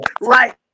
right